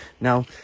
now